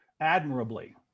admirably